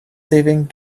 saving